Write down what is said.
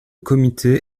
comité